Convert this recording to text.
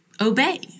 obey